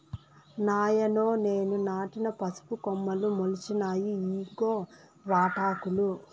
నాయనో నేను నాటిన పసుపు మొక్కలు మొలిచినాయి ఇయ్యిగో వాటాకులు